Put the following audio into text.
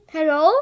Hello